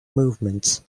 movements